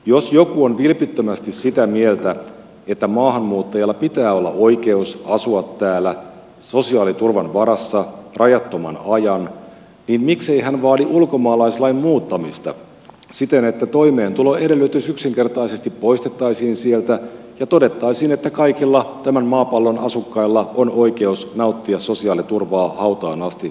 jos joku on vilpittömästi sitä mieltä että maahanmuuttajalla pitää olla oikeus asua täällä sosiaaliturvan varassa rajattoman ajan niin miksei hän vaadi ulkomaalaislain muuttamista siten että toimeentuloedellytys yksinkertaisesti poistettaisiin sieltä ja todettaisiin että kaikilla tämän maapallon asukkailla on oikeus nauttia sosiaaliturvaa hautaan asti suomessa